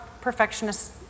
perfectionist